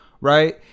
right